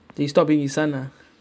you stopped being his son ah